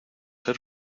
ser